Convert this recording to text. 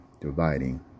dividing